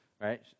right